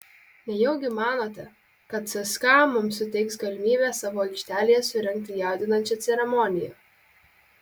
nejaugi manote kad cska mums suteiks galimybę savo aikštelėje surengti jaudinančią ceremoniją